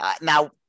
Now